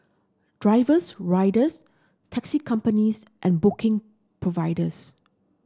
drivers riders taxi companies and booking providers